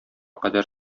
кадәр